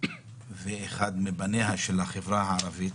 והוא אחד מבניה של החברה הערבית,